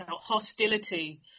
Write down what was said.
hostility